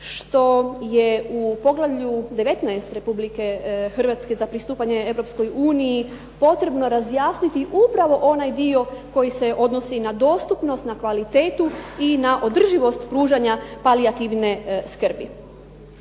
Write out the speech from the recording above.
što je u poglavlju 19. Republike Hrvatske za pristupanje Europskoj uniji potrebno razjasniti upravo onaj dio koji se odnosi na dostupnost, na kvalitetu i na održivost pružanja palijativne skrbi.